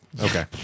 Okay